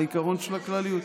לעיקרון של הכלליות.